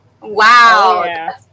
Wow